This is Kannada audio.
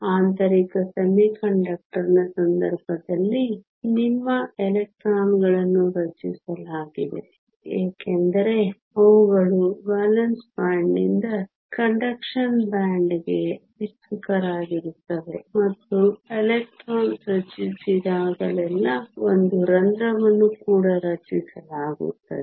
ಆಂತರಿಕ ಅರೆವಾಹಕನ ಸಂದರ್ಭದಲ್ಲಿ ನಿಮ್ಮ ಎಲೆಕ್ಟ್ರಾನ್ಗಳನ್ನು ರಚಿಸಲಾಗಿದೆ ಏಕೆಂದರೆ ಅವುಗಳು ವೇಲೆನ್ಸ್ ಬ್ಯಾಂಡ್ನಿಂದ ಕಂಡಕ್ಷನ್ ಬ್ಯಾಂಡ್ಗೆ ಉತ್ಸುಕರಾಗಿರುತ್ತವೆ ಮತ್ತು ಎಲೆಕ್ಟ್ರಾನ್ ರಚಿಸಿದಾಗಲೆಲ್ಲಾ ಒಂದು ರಂಧ್ರವನ್ನು ಕೂಡ ರಚಿಸಲಾಗುತ್ತದೆ